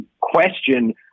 question